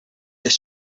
this